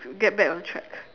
get back on track